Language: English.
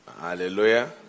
Hallelujah